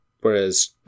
whereas